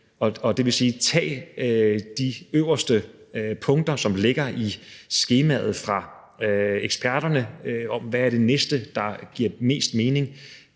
det vil sige tage de øverste punkter, som ligger i skemaet fra eksperterne, om, hvad der er det næste, der giver mest mening